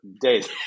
days